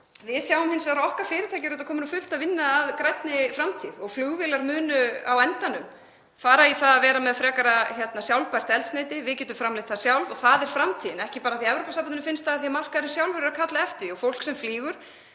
við sjáum hins vegar að okkar fyrirtæki eru komin á fullt að vinna að grænni framtíð og flugvélar munu á endanum fara yfir í að vera frekar með sjálfbært eldsneyti. Við getum framleitt það sjálf og það er framtíðin, ekki bara af því að Evrópusambandinu finnst það heldur af því að markaðurinn sjálfur er að kalla eftir því og fólk sem flýgur